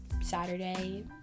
Saturday